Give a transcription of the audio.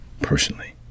personally